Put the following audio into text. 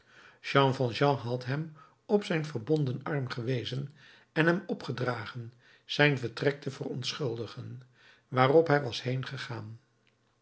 jean valjean had hem op zijn verbonden arm gewezen en hem opgedragen zijn vertrek te verontschuldigen waarop hij was heengegaan